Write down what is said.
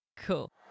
Cool